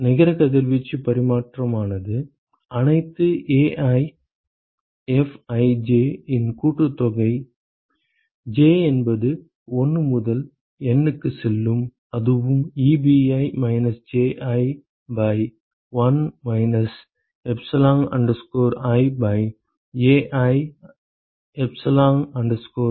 நிகர கதிர்வீச்சு பரிமாற்றமானது அனைத்து AiFij இன் கூட்டுத்தொகை j என்பது 1 முதல் N க்கு செல்லும் அதுவும் Ebi minus Ji by 1 minus epsilon i by Ai epsilon i என்று கூறினோம் சரியா